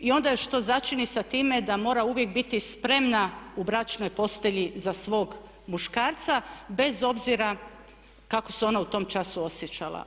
I onda još to začini sa time da mora uvijek biti spremna u bračnoj postelji za svog muškarca bez obzira kako se ona u tom času osjećala.